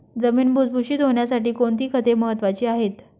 जमीन भुसभुशीत होण्यासाठी कोणती खते महत्वाची आहेत?